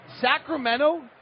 Sacramento